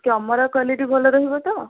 camera quality ଭଲ ରହିବ ତ